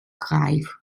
greif